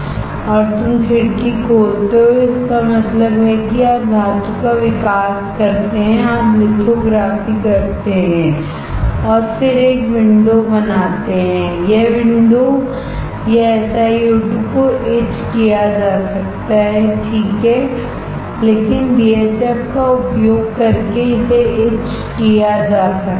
और तुम खिड़की खोलते हो इसका मतलब है कि आप धातु का विकास करते हैं आप लिथोग्राफी करते हैं फिर एक विंडो बनाते हैं यह विंडो यह SiO2 को etched किया जा सकता है ठीक है लेकिन BHF का उपयोग करके इसे etched किया जा सकता है